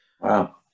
wow